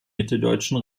mitteldeutschen